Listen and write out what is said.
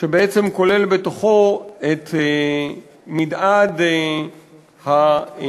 שבעצם כולל בתוכו את מנעד השימושים